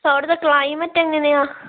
അവിടുത്തെ ക്ലൈമറ്റ് എങ്ങനെയാണ്